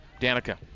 Danica